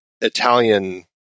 Italian